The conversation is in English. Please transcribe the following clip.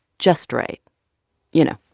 just right you know,